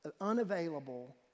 unavailable